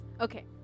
Okay